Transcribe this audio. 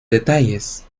detalles